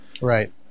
Right